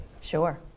Sure